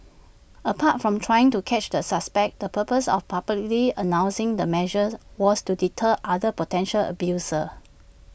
apart from trying to catch the suspects the purpose of publicly announcing the measures was to deter other potential abusers